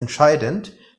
entscheidend